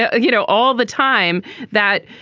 ah you know, all the time that,